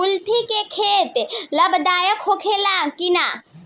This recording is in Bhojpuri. कुलथी के खेती लाभदायक होला कि न?